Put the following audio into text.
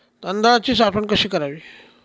तांदळाची साठवण कशी करावी?